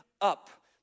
up